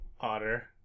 Otter